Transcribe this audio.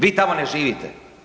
Vi tamo ne živite.